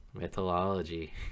mythology